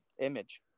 image